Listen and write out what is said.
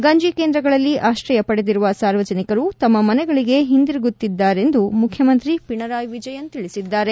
ಗಂಜಿ ಕೇಂದ್ರಗಳಲ್ಲಿ ಆಶ್ರಯ ಪಡೆದಿರುವ ಸಾರ್ವಜನಿಕರು ತಮ್ಮ ಮನೆಗಳಗೆ ಹಿಂದಿರುಗುತ್ತಿದ್ದಾರೆಂದು ಮುಖ್ಯಮಂತ್ರಿ ಪಿಣರಾಯಿ ವಿಜಯನ್ ತಿಳಿಸಿದ್ದಾರೆ